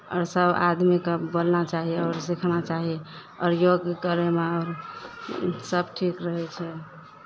आओर सभ आदमीकेँ बोलना चाही आओर सीखना चाही आओर योग करयमे सभ ठीक रहै छै